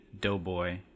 Doughboy